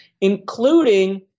including